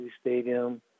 stadium